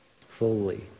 fully